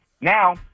Now